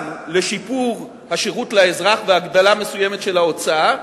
גם לשיפור השירות לאזרח והגדלה מסוימת של ההוצאה,